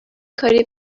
کاری